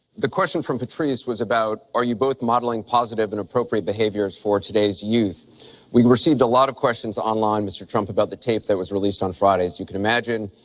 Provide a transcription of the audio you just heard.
the question from patrice was about are you both modeling positive and appropriate behaviors for today's youth we received a lot of questions online, mr. trump about the tape that was released on friday, as you can imagine.